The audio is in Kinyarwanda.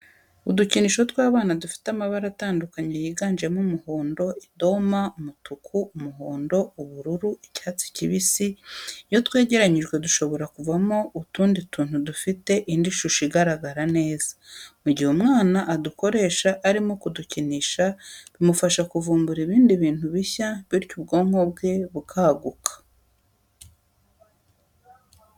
Udukinisho tw'abana dufite amabara atandukanye yiganjemo umuhondo, idoma, umutuku, umuhondo, ubururu, icyatsi kibisi, iyo twegeranyijwe dushobora kuvamo utundi tuntu dufite indi shusho igaragara neza, mu gihe umwana adukoresha arimo kudukinisha bimufasha kuvumbura ibindi bintu bishya bityo ubwonko bwe bukaguka.